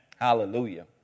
Hallelujah